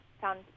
found